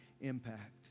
impact